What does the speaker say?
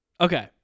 Okay